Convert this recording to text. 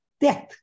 death